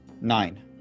Nine